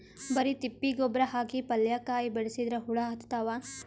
ಬರಿ ತಿಪ್ಪಿ ಗೊಬ್ಬರ ಹಾಕಿ ಪಲ್ಯಾಕಾಯಿ ಬೆಳಸಿದ್ರ ಹುಳ ಹತ್ತತಾವ?